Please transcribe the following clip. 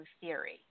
Theory